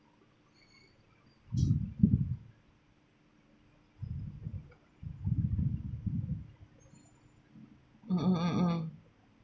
mm mm mm mm